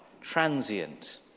transient